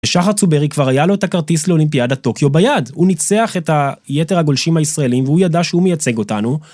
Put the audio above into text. ושחר צוברי כבר היה לו את הכרטיס לאולימפיאדת טוקיו ביד, הוא ניצח את היתר הגולשים הישראלים והוא ידע שהוא מייצג אותנו.